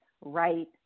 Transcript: right